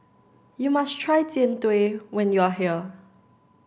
you must try Jian Dui when you are here